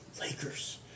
Lakers